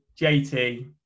JT